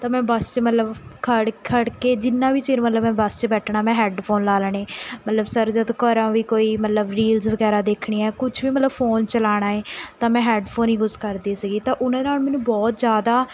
ਤਾਂ ਮੈਂ ਬਸ ਮਤਲਬ ਖੜ੍ਹ ਖੜ੍ਹ ਕੇ ਜਿੰਨਾ ਵੀ ਚਿਰ ਮਤਲਬ ਮੈਂ ਬੱਸ 'ਚ ਬੈਠਣਾ ਮੈਂ ਹੈਡਫੋਨ ਲਾ ਲੈਣੇ ਮਤਲਬ ਸਰ ਜਦੋਂ ਘਰਾਂ ਵੀ ਕੋਈ ਮਤਲਬ ਰੀਲਸ ਵਗੈਰਾ ਦੇਖਣੀ ਹੈ ਕੁਝ ਵੀ ਮਤਲਬ ਫੋਨ ਚਲਾਉਣਾ ਏ ਤਾਂ ਮੈਂ ਹੈਡਫੋਨ ਯੂਜ਼ ਕਰਦੀ ਸੀਗੀ ਤਾਂ ਉਹਨਾਂ ਨਾਲ਼ ਮੈਨੂੰ ਬਹੁਤ ਜ਼ਿਆਦਾ